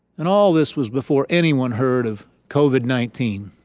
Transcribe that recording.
and all this was before anyone heard of covid nineteen.